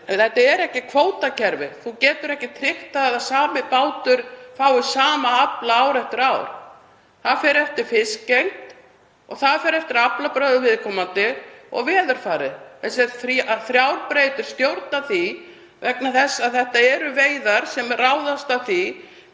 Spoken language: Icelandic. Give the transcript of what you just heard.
þetta er ekki kvótakerfi, maður getur ekki tryggt að sami bátur fái sama afla ár eftir ár. Það fer eftir fiskigengd og það fer eftir aflabrögðum viðkomandi og veðurfari. Þessar þrjár breytur stjórna því vegna þess að þetta eru veiðar sem ráðast af því